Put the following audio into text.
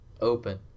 open